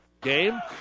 game